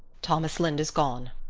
thomas lynde is gone.